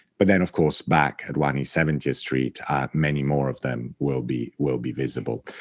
but then, of course, back at one east seventieth street many more of them will be will be visible.